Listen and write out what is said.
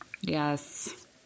Yes